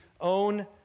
own